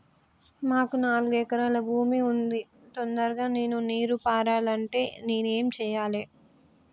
మాకు నాలుగు ఎకరాల భూమి ఉంది, తొందరగా నీరు పారాలంటే నేను ఏం చెయ్యాలే?